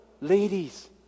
ladies